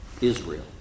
Israel